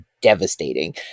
devastating